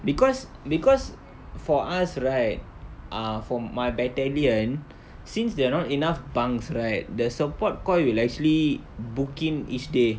because because for us right ah for my battalion since there are not enough bunks right the support coy will actually book in each day